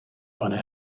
pane